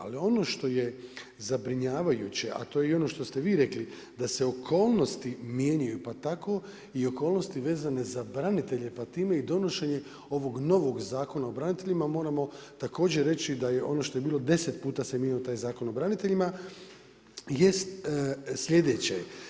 Ali ono što je zabrinjavajuće, a to je i ono što ste vi rekli, da se okolnosti mijenjaju pa tako i okolnosti vezane za branitelje, pa time i donošenje ovog novog Zakona o braniteljima, moramo također reći da je ono što je bilo deset puta se mijenjao taj Zakon o braniteljima, jest slijedeće.